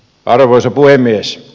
arvoisa puhemies